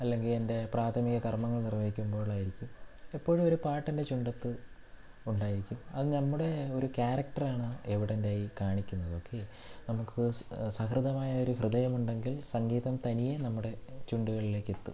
അല്ലെങ്കിൽ എൻ്റെ പ്രാഥമിക കർമ്മങ്ങൾ നിർവ്വഹിക്കുമ്പോളായിരിക്കും എപ്പോഴും ഒരു പാട്ടെൻ്റെ ചുണ്ടത്ത് ഉണ്ടായിരിക്കും അത് നമ്മുടെ ഒരു ക്യാരക്റ്ററാണ് എവിടെൻറ്റായി കാണിക്കുന്നത് ഓക്കേ നമുക്ക് സഹൃദയമായ ഒരു ഹൃദയമുണ്ടെങ്കിൽ സംഗീതം തനിയെ നമ്മുടെ ചുണ്ടുകളിലേക്കെത്തും